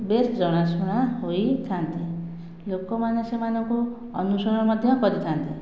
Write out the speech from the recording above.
ବେସ୍ ଜଣାଶୁଣା ହୋଇଥାନ୍ତି ଲୋକମାନେ ସେମାନଙ୍କୁ ଅନୁସରଣ ମଧ୍ୟ କରିଥାନ୍ତି